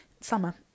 Summer